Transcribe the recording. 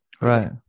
Right